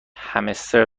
همستر